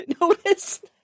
notice